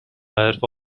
حرفه